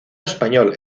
español